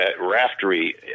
Raftery